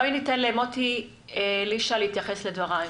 בואי ניתן למוטי אלישע להתייחס לדברייך.